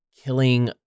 killing